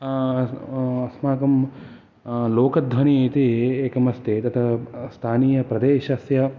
अस्माकं लोकध्वनि इति एकमस्ति तत् स्थानीय प्रदेशस्य